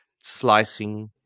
slicing